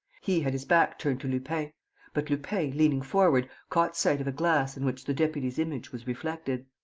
he had his back turned to lupin but lupin, leaning forward, caught sight of a glass in which the deputy's image was reflected.